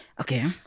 okay